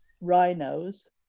rhinos